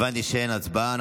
הבנתי שאין הצבעה.